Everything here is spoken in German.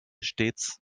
stets